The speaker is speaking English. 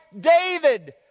David